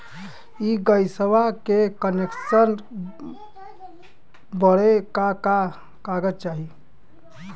इ गइसवा के कनेक्सन बड़े का का कागज चाही?